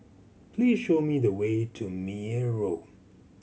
please show me the way to Meyer Road